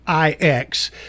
IX